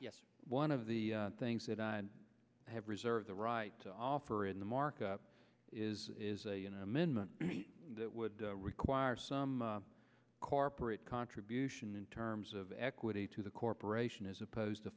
yes one of the things that i have reserve the right to offer in the markup is is a you know amendment that would require some corporate contribution in terms of equity to the corporation as opposed to